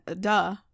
duh